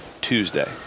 Tuesday